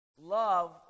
love